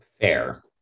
Fair